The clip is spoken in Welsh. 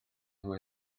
nhw